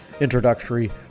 introductory